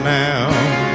now